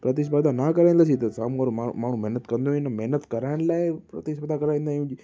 प्रतिस्पर्धा न कराईंदासीं त साम्हूं वारो माणू माण्हू महिनत कंदो ई न महिनत कराइण लाइ प्रतिस्पर्धा कराईंदा आहियूं